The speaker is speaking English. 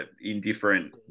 indifferent